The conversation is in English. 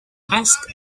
ask